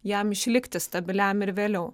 jam išlikti stabiliam ir vėliau